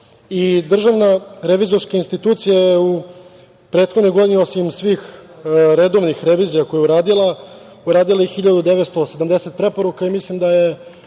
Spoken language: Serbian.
revizorska institucija je u prethodnoj godini, osim svih redovnih revizija koje je uradila, uradila i 1.970 preporuka i mislim da je